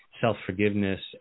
self-forgiveness